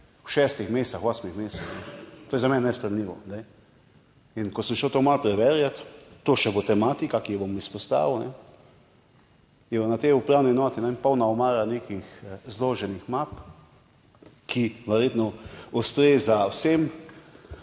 v šestih mesecih, v osmih mesecih. To je za mene nesprejemljivo. Ko sem šel to malo preverjat, to še bo tematika, ki jo bom izpostavil, je pa na tej upravni enoti polna omara nekih zloženih map, ki verjetno ustrezajo vsem